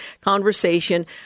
conversation